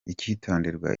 icyitonderwa